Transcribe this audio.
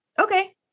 Okay